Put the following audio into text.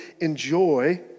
enjoy